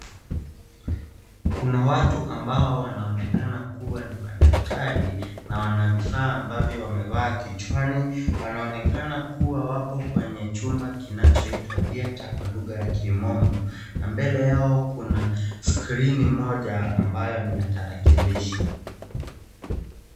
Kuna watu ambao wanaonekana kuwa ni madaktari na wana vifaa ambavyo wamevaa kichwani. Wanaonekana kuwa wapo kwenye chumba kinachoitwa theatre kwa lugha ya kimombo. Na mbele Yao kuna skrini moja ambayo ni ya tarakilishi.